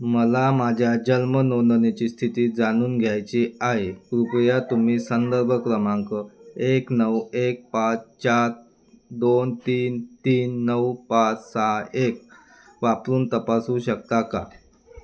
मला माझ्या जन्म नोंदणीची स्थिती जाणून घ्यायची आहे कृपया तुम्ही संदर्भ क्रमांक एक नऊ एक पाच चार दोन तीन तीन नऊ पाच सहा एक वापरून तपासू शकता का